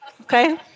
okay